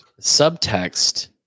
subtext